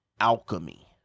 alchemy